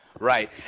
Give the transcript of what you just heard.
Right